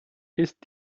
ist